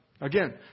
Again